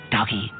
Doggy